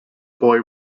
boy